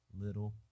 little